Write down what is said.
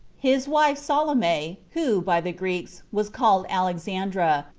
his wife salome, who, by the greeks, was called alexandra,